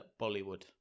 Bollywood